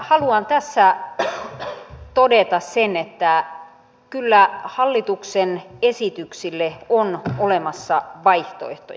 haluan tässä todeta sen että kyllä hallituksen esityksille on olemassa vaihtoehtoja